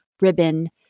ribbon